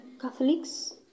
Catholics